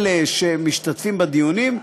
אלה שמשתתפים בדיונים,